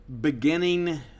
beginning